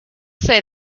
say